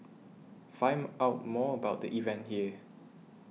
find out more about the event here